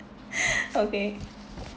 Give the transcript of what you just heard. okay